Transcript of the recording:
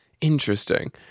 Interesting